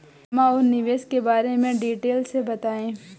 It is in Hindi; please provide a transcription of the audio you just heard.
जमा और निवेश के बारे में डिटेल से बताएँ?